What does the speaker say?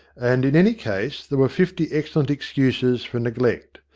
and in any case there were fifty excellent ex cuses for neglect.